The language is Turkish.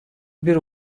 bir